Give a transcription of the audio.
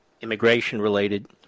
immigration-related